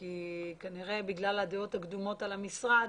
כנראה בגלל הדעות הקדומות על המשרד,